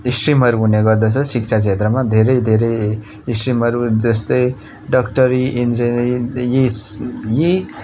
स्ट्रिमहरू हुने गर्दछ शिक्षा क्षेत्रमा धेरै धेरै स्ट्रिमहरू जस्तै डक्टरी इन्जनयरी इस यी